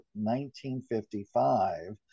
1955